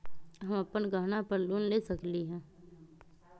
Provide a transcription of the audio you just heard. हम अपन गहना पर लोन ले सकील?